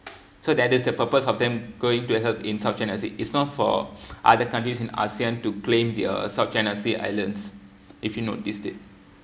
so that's the purpose of them going to help in such as it's not for other countries in asean to claim the south china sea islands if you noticed it